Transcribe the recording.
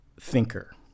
thinker